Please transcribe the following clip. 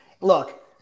Look